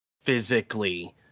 physically